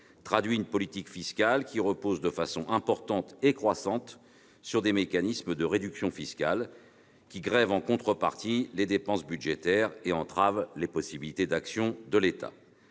traduit une politique fiscale qui repose de façon importante et croissante sur des mécanismes de réduction fiscale, lesquels grèvent en contrepartie les dépenses budgétaires et entravent les possibilités d'action de l'État.